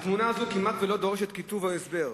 התמונה הזאת כמעט ולא דורשת כיתוב או הסבר.